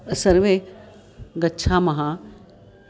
सर्वे गच्छामः